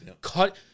Cut